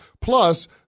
Plus